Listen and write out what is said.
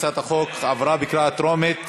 הצעת החוק עברה בקריאה טרומית,